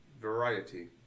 variety